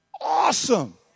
Awesome